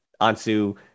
Ansu